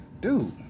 dude